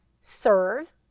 serve